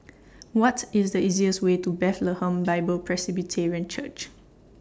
What IS The easiest Way to Bethlehem Bible Presbyterian Church